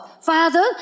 Father